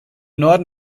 norden